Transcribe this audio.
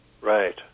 Right